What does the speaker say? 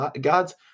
God's